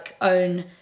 own